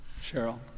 Cheryl